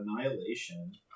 annihilation